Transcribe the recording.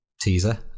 teaser